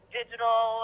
digital